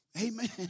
amen